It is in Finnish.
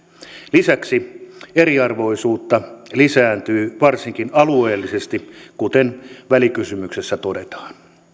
lisäksi eriarvoisuus lisääntyy varsinkin alueellisesti kuten välikysymyksessä todetaan